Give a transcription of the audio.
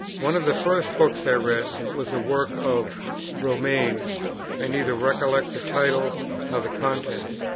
one of the first books i read was a work of romaine's i neither recollect the title nor the contents,